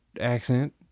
accent